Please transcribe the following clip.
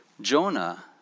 Jonah